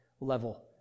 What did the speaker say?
level